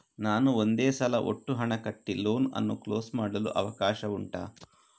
ನಾನು ಒಂದೇ ಸಲ ಒಟ್ಟು ಹಣ ಕಟ್ಟಿ ಲೋನ್ ಅನ್ನು ಕ್ಲೋಸ್ ಮಾಡಲು ಅವಕಾಶ ಉಂಟಾ